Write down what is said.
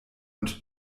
und